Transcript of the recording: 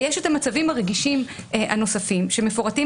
ויש את המצבים הרגישים הנוספים שמפורטים